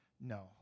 No